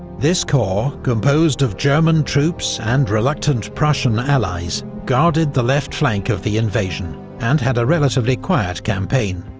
this corps, composed of german troops and reluctant prussian allies, guarded the left flank of the invasion, and had a relatively quiet campaign.